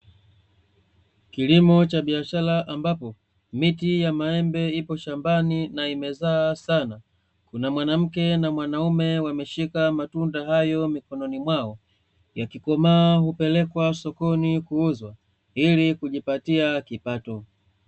Kilimo cha biashara ambapo, miti ya maembe ipo shambani na imezaa sana, kuna mwanamke na mwanaume wameshika matunda hayo mikononi mwao, yakikomaa hupelekwa sokoni kuuzwa ili kujipatia kipato.